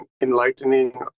enlightening